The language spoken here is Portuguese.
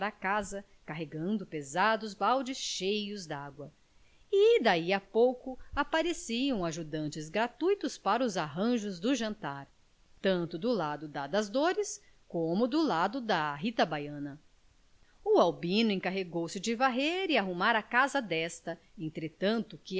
casa carregando pesados baldes cheios de água e daí a pouco apareciam ajudantes gratuitos para os arranjos do jantar tanto do lado da das dores como do lado da rita baiana o albino encarregou-se de varrer e arrumar a casa desta entretanto